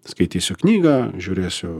skaitysiu knygą žiūrėsiu